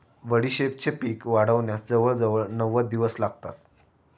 बडीशेपेचे पीक वाढण्यास जवळजवळ नव्वद दिवस लागतात